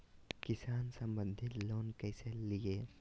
किसान संबंधित लोन कैसै लिये?